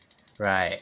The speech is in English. right